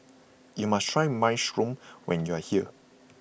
you must try Minestrone when you are here